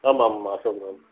ஆமாம் ஆமாம் அஷோக் தான் அஷோக்